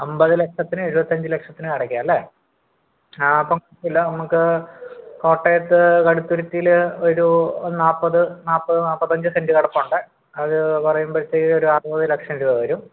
അൻപത് ലക്ഷത്തിനും ഏഴുപത്തഞ്ചു ലക്ഷത്തിനും ഇടക്ക് അല്ലേ ആ അപ്പം നമുക്ക് കോട്ടയത്ത് കടുത്തുരുത്തിയിൽ ഒരു നാൽപ്പത് നാൽപ്പത് നാൽപ്പത്തഞ്ച് സെൻറ്റ് കിടപ്പുണ്ട് അത് പറയുമ്പോഴത്തേക്കും ഒരു അറുപത് ലക്ഷം രൂപ വരും